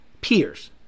peers